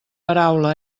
paraula